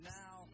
now